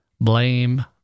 blame